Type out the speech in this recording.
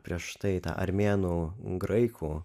prieš tai tą armėnų graikų